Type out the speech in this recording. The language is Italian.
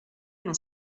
uno